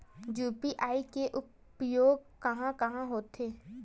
UPI के उपयोग कहां कहा होथे?